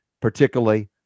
particularly